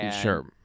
Sure